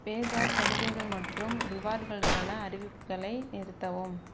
பேஸாப் சலுகைகள் மற்றும் ரிவார்டுகளுக்கான அறிவிப்புகளை நிறுத்தவும்